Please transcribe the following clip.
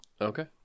Okay